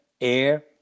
air